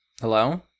hello